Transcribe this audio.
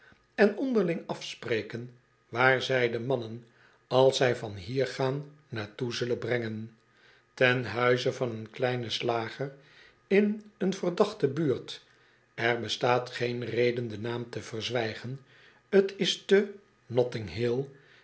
en onderling afspreken waar zy de mannen als zij van hier gaan naar toe zullen brengen ten huize van een kleinen slager in een verdachte buurt er bestaat geen reden den naam te verzwijgen t is te